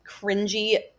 cringy